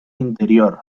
interior